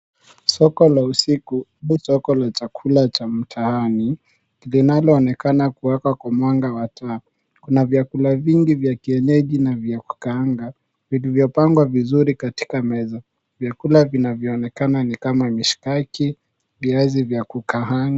Soko la usiku, au soko la chakula cha mtaani linaloonekana kuwaka kwa mwanga wa taa. Kuna vyakula vingi vya kienyeji na vya kukaanga, vilivyopangwa vizuri katika meza. Vyakula vinavyoonekana ni kama mishkaki, viazi vya kukaanga.